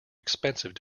expensive